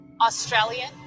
Australian